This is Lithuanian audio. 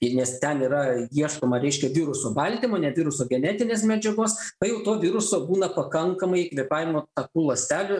ir nes ten yra ieškoma reiškia viruso baltymo ne viruso genetinės medžiagos kai jau to viruso būna pakankamai kvėpavimo takų ląstelių